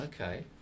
Okay